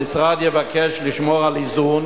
המשרד יבקש לשמור על איזון